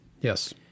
Yes